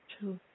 True